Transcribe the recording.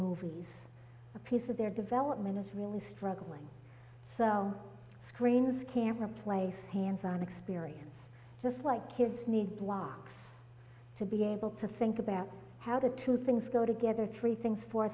movies a piece of their development is really struggling so screens can replace hands on experience just like kids need blocks to be able to think about how the two things go together three things fo